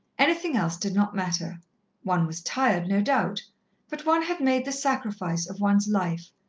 anything else did not matter one was tired, no doubt but one had made the sacrifice of one's life.